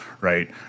right